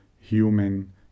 human